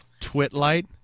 Twitlight